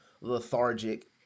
lethargic